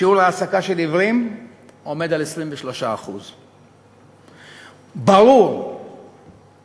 שיעור ההעסקה של עיוורים הוא 23%. ברור ששיעור